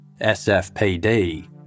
SFPD